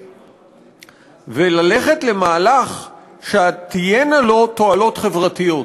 וללכת למהלך שתהיינה לו תועלות חברתיות?